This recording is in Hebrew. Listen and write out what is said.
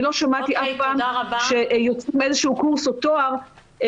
אני לא שמעתי אף פעם שיוצאים עם איזה שהוא קורס או תואר שהוא